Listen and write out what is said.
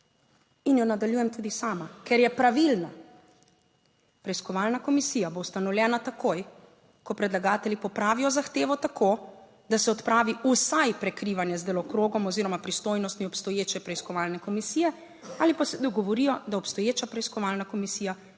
in jo nadaljujem tudi sama, ker je pravilna. Preiskovalna komisija bo ustanovljena takoj, ko predlagatelji popravijo zahtevo tako, da se odpravi vsaj prekrivanje z delokrogom oziroma pristojnostmi obstoječe preiskovalne komisije ali pa se dogovorijo, da obstoječa preiskovalna komisija